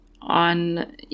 on